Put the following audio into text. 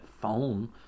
phone